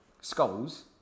Skulls